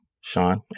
Sean